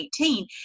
2018